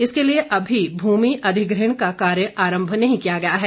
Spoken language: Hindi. इसके लिए अभी भूमि अधिग्रहण का कार्य आरंभ नहीं किया गया है